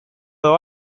edo